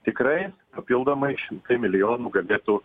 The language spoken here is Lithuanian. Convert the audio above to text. tikrai papildomai šimtai milijonų galėtų